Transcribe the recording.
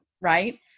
Right